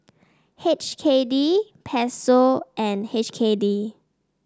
H K D Peso and H K D